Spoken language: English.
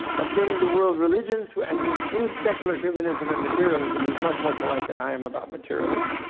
of getting the world religions and he includes secular humanism and materialism. he's much more polite than i am about materialists.